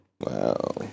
Wow